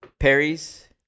Perry's